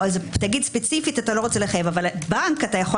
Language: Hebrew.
תגיד שספציפית אתה לא רוצה לחייב אבל בנק אתה יכול